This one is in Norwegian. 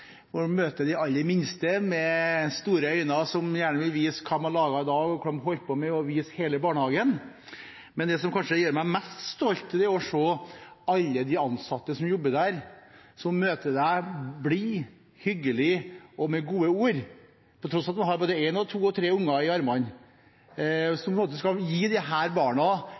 møte de aller minste, som med store øyne gjerne vil vise hva de har laget i dag, hva de har holdt på med, og vise fram hele barnehagen. Men det som kanskje gjør meg mest stolt, er å se alle de ansatte som jobber der, som møter oss blide, hyggelige og med gode ord, på tross av at de har både en og to og tre unger i armene, og som skal gi disse barna en